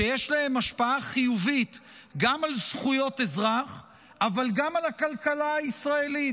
שיש להם השפעה חיובית גם על זכויות האזרח אבל גם על הכלכלה הישראלית,